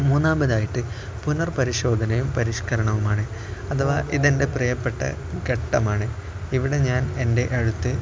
മൂന്നാമതായിട്ട് പുനർപരിശോധനയും പരിഷ്കരണവുമാണ് അഥവാ ഇതെൻ്റെ പ്രിയപ്പെട്ട ഘട്ടമാണ് ഇവിടെ ഞാൻ എൻ്റെ എഴുത്ത്